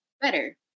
better